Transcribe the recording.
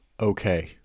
Okay